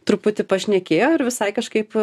truputį pašnekėjo ir visai kažkaip